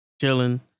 chilling